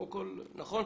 כן.